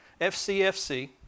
FCFC